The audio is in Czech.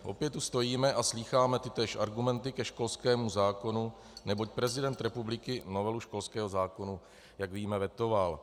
Opět tu stojíme a slýcháme tytéž argumenty ke školskému zákonu, neboť prezident republiky novelu školského zákona, jak víme, vetoval.